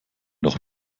noch